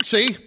See